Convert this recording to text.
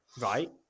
Right